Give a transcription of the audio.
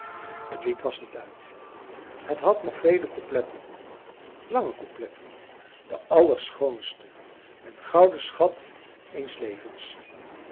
het lied was niet uit het had nog vele coupletten lange coupletten de allerschoonste den gouden schat eens levens